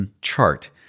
chart